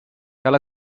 cal